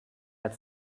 als